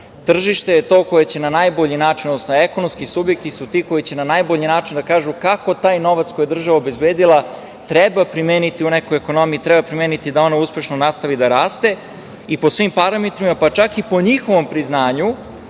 tržište je to koje će na najbolji način, odnosno ekonomski subjekti su ti koji će na najbolji način da kažu kako taj novac koji je država obezbedila treba primeniti u nekoj ekonomiji, treba primeniti da ona uspešno nastavi da raste i po svim parametrima, pa čak i po njihovom priznanju,